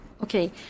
okay